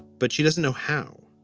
but she doesn't know how